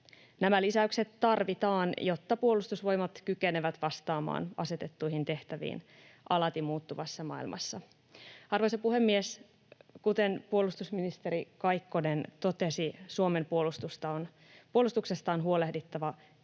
Nämä lisäykset tarvitaan, jotta Puolustusvoimat kykenee vastaamaan asetettuihin tehtäviin alati muuttuvassa maailmassa. Arvoisa puhemies! Kuten puolustusministeri Kaikkonen totesi, Suomen puolustuksesta on huolehdittava